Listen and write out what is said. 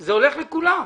זה הולך לכולם.